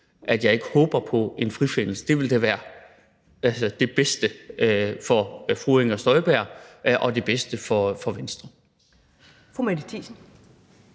at jeg ikke håber på en frifindelse. Det ville da være det bedste for fru Inger Støjberg og det bedste for Venstre. Kl. 11:02 Første